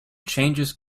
changes